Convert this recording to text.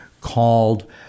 called